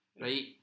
right